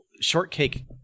shortcake